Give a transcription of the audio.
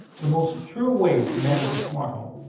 the most secure way to manage your smart home.